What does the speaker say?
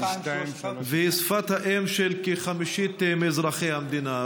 והיא שפת האם של כחמישית מאזרחי המדינה.